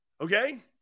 Okay